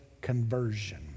conversion